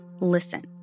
listen